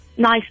nice